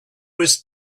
was